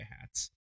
hats